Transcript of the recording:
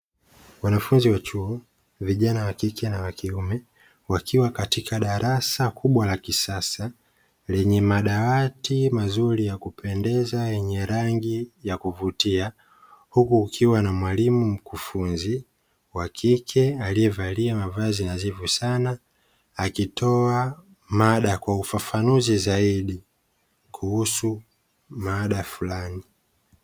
Wanafunzi wa chuo (vijana wakike na wakiume) wakiwa katika darasa kubwa la kisasa lenye madawati mazuri yakupendeza yenye rangi yakuvutia, huku kukiwa na mwalimu mkufunzi wakike alievalia mavazi nadhifu sana akitoa mada kwa ufafanuzi zaidi kuhusu mada fulani.